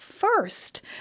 first